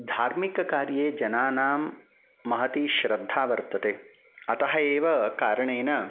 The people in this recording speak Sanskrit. धार्मिककार्ये जनानां महती श्रद्धा वर्तते अतः एव कारणेन